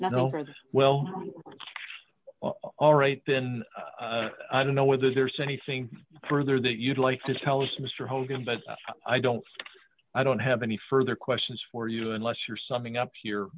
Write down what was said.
no well all right then i don't know whether there's anything further that you'd like to tell us mr hogan but i don't i don't have any further questions for you unless you're summing up